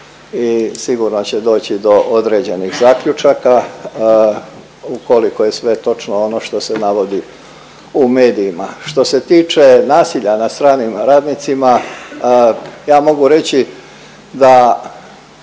i sigurno će doći do određenih zaključaka, ukoliko je sve točno ono što se navodi u medijima. Što se tiče nasilja nad stranim radnicima ja mogu reći da